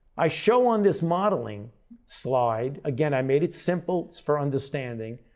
i show on this modeling slide, again, i made it simple for understanding,